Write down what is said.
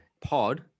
pod